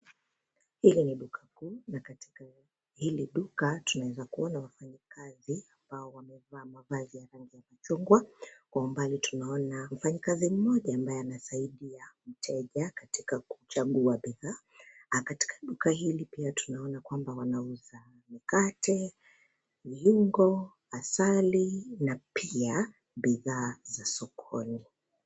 Hili ni duka kuu na katika hili duka tunaweza kuona wafanyikazi ambao wamevaa mavazi ya rangi ya machungwa, kwa umbali tunaona mfanyikazi mmoja ambaye anasaidia mteja katika kuchagua bidhaa, katika duka hili tunaona pia kwamba wanauza mikate, viungo, asali, na pia, bidhaa za sokoni.